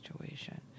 situation